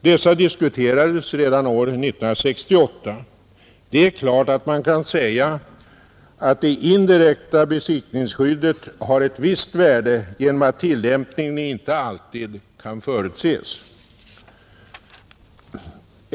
Dessa diskuterades redan år 1968. Det är klart att man kan säga att det indirekta besittningsskyddet har ett visst värde genom att tillämpningen inte alltid kan förutses.